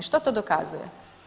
Što to dokazuje?